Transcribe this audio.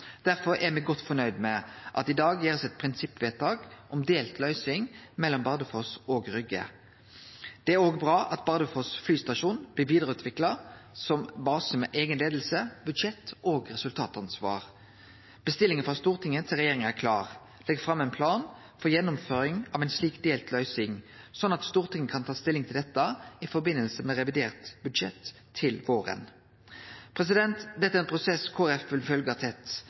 Derfor er me godt fornøgde med at det i dag blir gjort eit prinsippvedtak om ei delt løysing mellom Bardufoss og Rygge. Det er òg bra at Bardufoss flystasjon blir vidareutvikla som base med eiga leiing, eige budsjett og resultatansvar. Bestillinga frå Stortinget til regjeringa er klar: Legg fram ein plan for gjennomføring av ei slik delt løysing, slik at Stortinget kan ta stilling til dette i forbindelse med revidert budsjett til våren. Dette er ein prosess Kristeleg Folkeparti vil følgje tett.